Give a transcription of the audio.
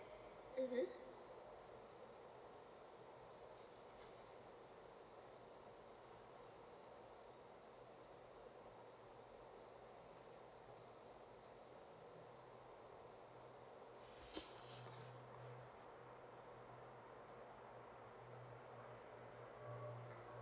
mmhmm